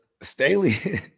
staley